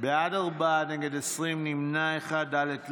בעד, ארבעה, נגד, 20, נמנע אחד.